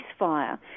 ceasefire